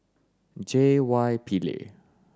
J Y Pillay